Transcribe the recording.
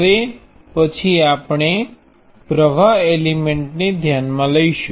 હવે પછી આપણે પ્રવાહ એલિમેન્ટને ધ્યાનમાં લઈશું